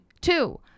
Two